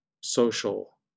social